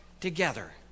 together